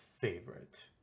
favorite